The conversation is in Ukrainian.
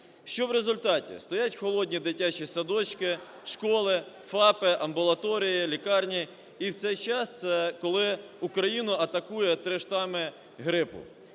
Що в результаті? Стоять холодні дитячі садочки, школи, ФАПи, амбулаторії, лікарні. І в цей час це, коли Україну атакує три штами грипу.